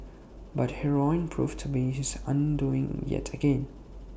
but heroin proved to be his undoing yet again